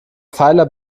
pfeiler